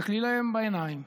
תסתכלי להן בעיניים.